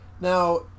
Now